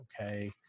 okay